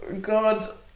God